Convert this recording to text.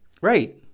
Right